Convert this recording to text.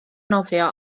nofio